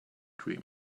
cream